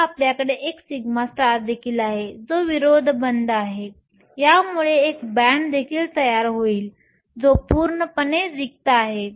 आता आपल्याकडे एक σ देखील आहे जो विरोध बंध आहे यामुळे एक बॅण्ड देखील तयार होईल जो पूर्णपणे रिक्त आहे